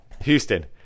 Houston